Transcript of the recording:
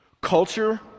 Culture